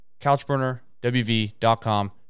CouchburnerWV.com